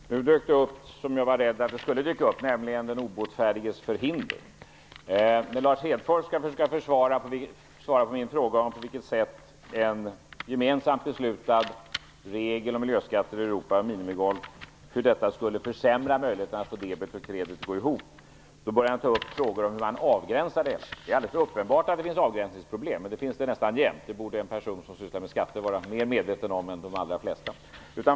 Herr talman! Nu dök det upp som jag var rädd för att det skulle dyka upp, nämligen den obotfärdiges förhinder. När Lars Hedfors skulle försöka att svara på min fråga på vilket sätt en gemensamt beslutad regel om miljöskatter i Europa skulle försämra möjligheterna att få debet och kredit att gå ihop, tog han upp frågan om avgränsning. Det är alldeles uppenbart att det finns gränsdragningsproblem, men det finns det nästan jämt - det borde en person som sysslar med skatter vara mer medveten om än de allra flesta.